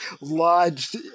lodged